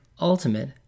ultimate